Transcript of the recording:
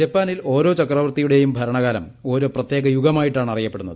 ജപ്പാനിൽ ഓരോ ചക്രവർത്തിയുടെയും ഭരണകാലം ഓരോ പ്രത്യേക യുഗമായിട്ടാണ് അറിയപ്പെടുന്നത്